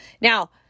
Now